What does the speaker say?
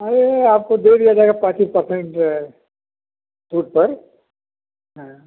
अरे आपको दे दिया जाएगा पैंतीस परसेंट छूट पर हाँ